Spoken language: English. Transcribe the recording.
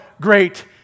great